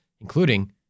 including